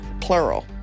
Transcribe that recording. plural